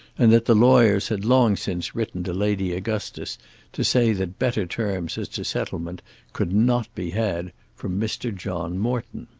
and that the lawyers had long since written to lady augustus to say that better terms as to settlement could not be had from mr. john morton.